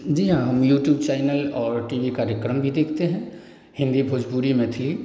जी हाँ हम YouTube channel और टीवी कार्यक्रम भी देखते हैं हिन्दी भोजपुरी मैथिली